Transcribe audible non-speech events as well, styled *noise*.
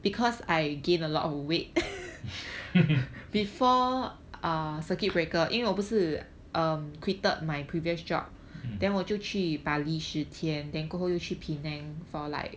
*laughs* mm